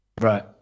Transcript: Right